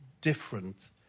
different